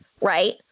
right